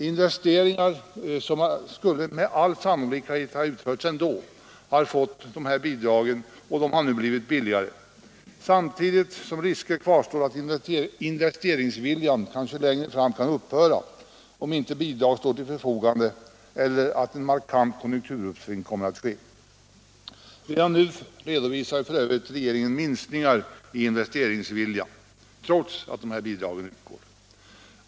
Investeringar som med all sannolikhet ändå skulle ha utförts har nu blivit billigare, samtidigt som risker kvarstår att investeringsviljan kanske längre fram kan upphöra, om inte bidrag står till förfogande eller om ett markant konjunkturuppsving sker. Redan nu redovisar regeringen för övrigt minskningar i investeringsviljan, trots att dessa förmåner utgår.